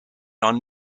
are